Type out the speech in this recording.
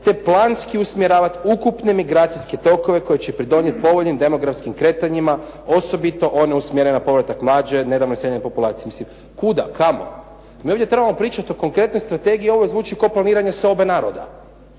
te planski usmjeravati ukupne migracijske tokove koje će pridonijeti povoljnim demografskim kretanjima, osobito one usmjerene na povratak mlađe … /Govornik se ne razumije./ … Mislim, kuda, kamo? Mi ovdje trebamo pričati o konkretnoj strategiji, ovo zvuči kao planiranje seobe naroda.